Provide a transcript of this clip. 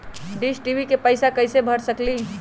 Dish TV के पैईसा कईसे भर सकली?